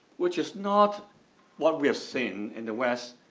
which is not what we have seen in the west,